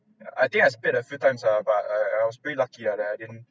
yeah I think I speed a few times ah but uh I I was pretty lucky ah that I didn't